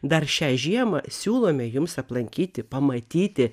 dar šią žiemą siūlome jums aplankyti pamatyti